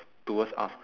towards us